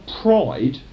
pride